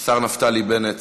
השר נפתלי בנט,